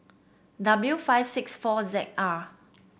W five six four Z R